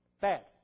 Bad